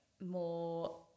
more